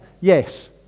Yes